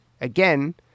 Again